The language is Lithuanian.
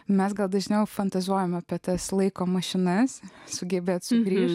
mes gal dažniau fantazuojame apie tas laiko mašinas sugebėti sugrįš